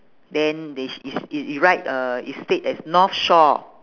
then they is it it write uh it state as north shore